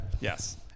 yes